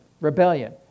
rebellion